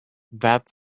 that